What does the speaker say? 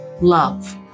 love